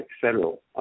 federal